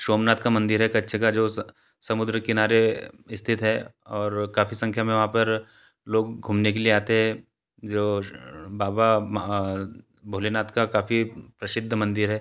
सोमनाथ का मंदिर है कच्छ का जो समुद्र किनारे स्थित है और काफ़ी संख्या में वहाँ पर लोग घूमने के लिए आते हैं जो बाबा भोलेनाथ का काफ़ी प्रसिद्ध मंदिर है